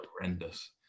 horrendous